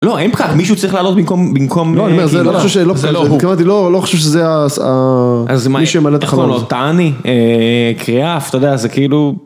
לא, אין פחת, מישהו צריך לעלות במקום, במקום... לא, אני אומר, זה לא חושב שזה... זה לא הוא. כלומר, אני לא חושב שזה ה... אז מה, איך הוא לא טעני? קריאף, אתה יודע, זה כאילו...